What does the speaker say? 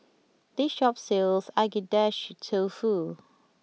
this shop sells Agedashi Tofu